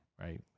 Right